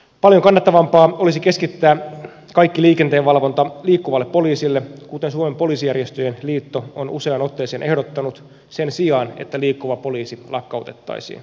paljon kannattavampaa olisi keskittää kaikki liikenteenvalvonta liikkuvalle poliisille kuten suomen poliisijärjestöjen liitto on useaan otteeseen ehdottanut sen sijaan että liikkuva poliisi lakkautettaisiin